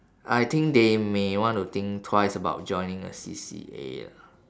I think they may want to think twice about joining a C_C_A lah